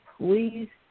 Please